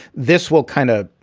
this will kind of